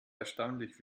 erstaunlich